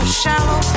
shallow